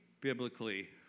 biblically